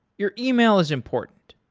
your yeah e-mail is important.